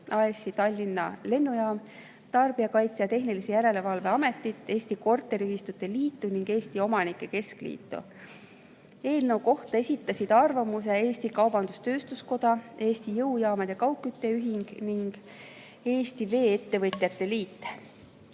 AS-i Tallinna Lennujaam, Tarbijakaitse ja Tehnilise Järelevalve Ametit, Eesti Korteriühistute Liitu ning Eesti Omanike Keskliitu. Eelnõu kohta esitasid arvamuse Eesti Kaubandus-Tööstuskoda, Eesti Jõujaamade ja Kaugkütte Ühing ning Eesti Vee-ettevõtete Liit.